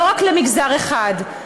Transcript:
לא רק למגזר אחד.